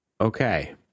Okay